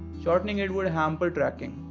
shortening it would hamper tracking.